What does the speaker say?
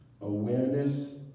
awareness